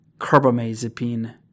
carbamazepine